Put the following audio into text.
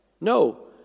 No